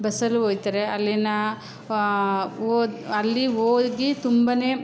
ಬಸ್ಸಲ್ಲೂ ಹೋಗ್ತಾರೆ ಅಲ್ಲಿನ ಓ ಅಲ್ಲಿ ಹೋಗಿ ತುಂಬನೇ